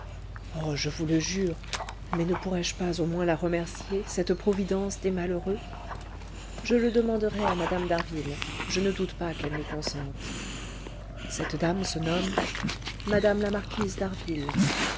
oh je vous le jure mais ne pourrais-je pas au moins la remercier cette providence des malheureux je le demanderai à mme d'harville je ne doute pas qu'elle n'y consente cette dame se nomme mme la marquise